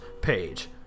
page